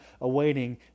awaiting